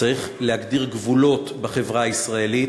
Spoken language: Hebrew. צריך להגדיר גבולות בחברה הישראלית,